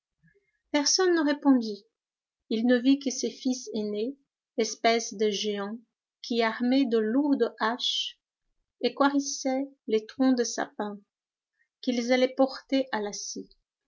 personne ne répondit il ne vit que ses fils aînés espèces de géants qui armés de lourdes haches équarrissaient les troncs de sapin qu'ils allaient porter à